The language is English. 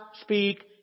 speak